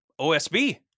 OSB